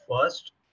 first